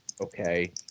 Okay